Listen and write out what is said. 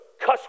cuss